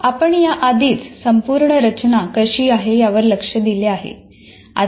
आपण या आधीच संपूर्ण रचना कशी आहे यावर लक्ष दिले आहे